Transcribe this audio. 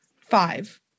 five